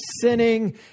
sinning